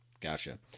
gotcha